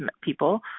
people